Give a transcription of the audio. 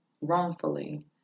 wrongfully